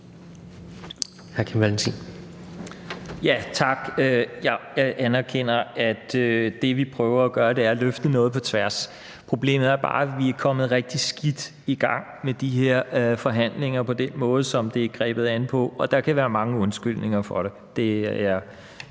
Tak. Jeg anerkender, at det, vi prøver at gøre, er at løfte noget på tværs. Problemet er bare, at vi er kommet rigtig skidt i gang med de her forhandlinger på den måde, som det er grebet an på. Og der kan være mange undskyldninger for det